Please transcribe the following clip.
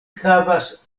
havas